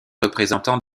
représentant